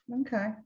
okay